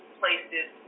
places